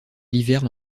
hiverne